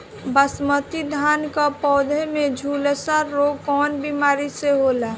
बासमती धान क पौधा में झुलसा रोग कौन बिमारी से होला?